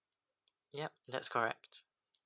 yup that's correct